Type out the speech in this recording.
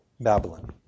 Babylon